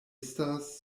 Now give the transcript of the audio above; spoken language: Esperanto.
estas